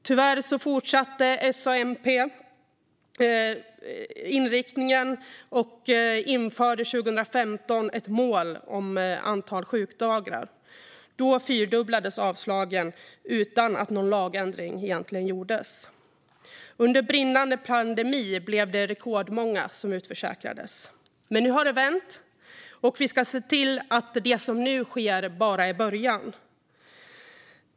Tyvärr fortsatte S och MP inriktningen och införde 2015 ett mål om antalet sjukdagar. Då fyrdubblades avslagen utan att någon lagändring egentligen gjordes. Under brinnande pandemi utförsäkrades rekordmånga, men nu har det vänt, och vi ska se till att det som nu sker bara är början.